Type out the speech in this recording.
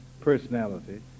personality